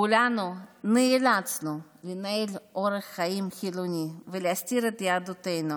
כולנו נאלצנו לנהל אורח חיים חילוני ולהסתיר את יהדותנו,